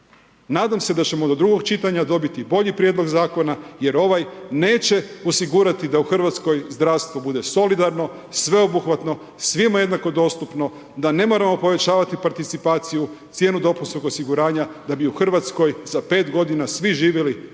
Nadam se da ćemo do drugog čitanja dobiti bolji prijedlog zakona jer ovaj neće osigurati da u Hrvatskoj zdravstvo bude solidarno, sveobuhvatno, svima jednako dostupno, da ne moramo povećavati participaciju, cijenu dopunskog osiguranja da bi u Hrvatskoj za 5 g. svi živjeli 2 g.